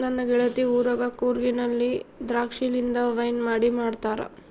ನನ್ನ ಗೆಳತಿ ಊರಗ ಕೂರ್ಗಿನಲ್ಲಿ ದ್ರಾಕ್ಷಿಲಿಂದ ವೈನ್ ಮಾಡಿ ಮಾಡ್ತಾರ